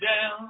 down